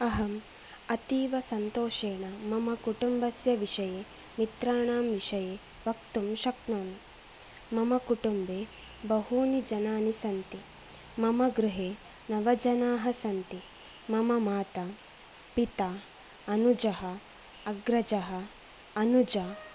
अहम् अतीवसन्तोषेण मम कुटुम्बस्य विषये मित्राणां विषये वक्तुं शक्नोमि मम कुटुम्बे बहूनि जनानि सन्ति मम गृहे नवजनाः सन्ति मम माता पिता अनुजः अग्रजः अनुजा